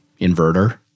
Inverter